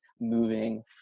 moving